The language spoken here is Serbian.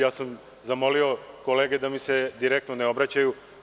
Ja sam zamolio kolege da mi se direktno ne obraćaju.